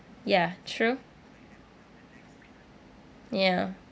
ya true ya